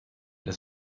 das